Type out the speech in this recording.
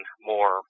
more